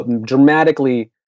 dramatically